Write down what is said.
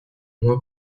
moins